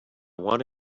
want